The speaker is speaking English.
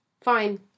Fine